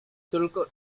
tylko